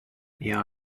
yeah